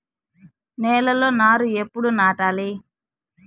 నేలలో నారు ఎప్పుడు నాటాలి?